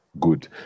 good